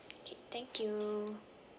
okay thank you